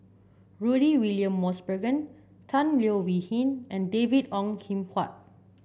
Rudy William Mosbergen Tan Leo Wee Hin and David Ong Kim Huat